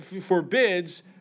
forbids